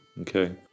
okay